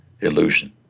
illusion